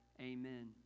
Amen